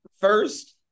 first